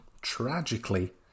tragically